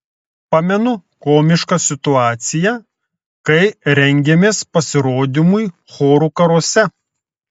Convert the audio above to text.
pamenu komišką situaciją kai rengėmės pasirodymui chorų karuose